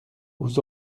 aux